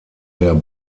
der